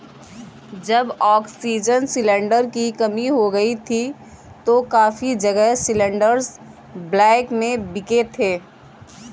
जब oxygen cylinder की कमी हो गई थी तो काफी जगह सिलेंडरस ब्लैक में बिके थे